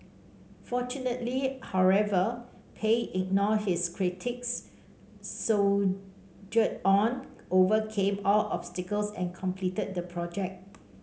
fortunately however Pei ignored his critics soldiered on overcame all obstacles and completed the project